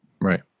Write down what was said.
Right